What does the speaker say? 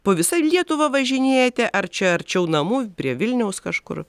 po visą lietuvą važinėjate ar čia arčiau namų prie vilniaus kažkur